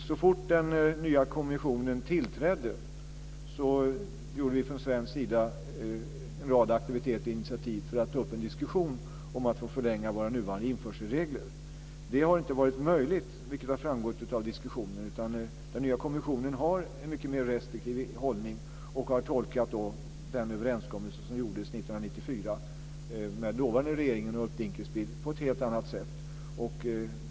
Så fort den nya kommissionen tillträdde genomförde vi från svensk sida en rad aktiviteter och tog initiativ för att ta upp en diskussion om att förlänga våra nuvarande införselregler. Det har inte varit möjligt, vilket har framgått av diskussionen. Den nya kommissionen har en mycket mer restriktiv hållning och har tolkat den överenskommelse som gjordes år 1994 med dåvarande regeringen och Ulf Dinkelspiel på ett helt annat sätt.